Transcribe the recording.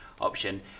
option